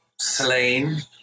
slain